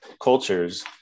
cultures